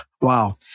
wow